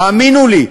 האמינו לי,